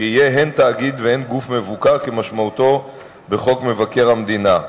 שיהיה הן תאגיד והן גוף מבוקר כמשמעותו בחוק מבקר המדינה.